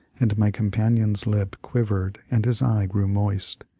and my com panion's lip quivered and his eye grew moist.